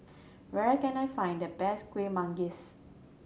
where can I find the best Kuih Manggis